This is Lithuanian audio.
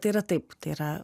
tai yra taip tai yra